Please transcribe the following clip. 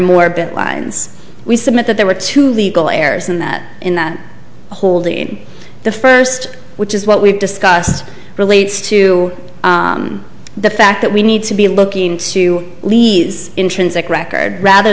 more bit we submit that there were two legal errors in that in that holding the first which is what we've discussed relates to the fact that we need to be looking to leave intrinsic record rather